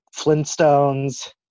Flintstones